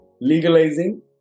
legalizing